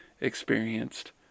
experienced